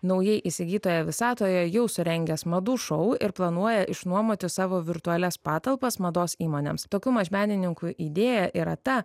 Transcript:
naujai įsigytoje visatoje jau surengęs madų šou ir planuoja išnuomoti savo virtualias patalpas mados įmonėms tokių mažmenininkų idėja yra ta